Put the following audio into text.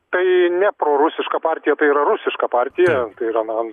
tai ne prorusiška partija tai yra rusiška partija tai yra na